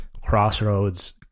crossroads